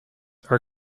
are